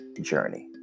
journey